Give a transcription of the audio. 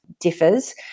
differs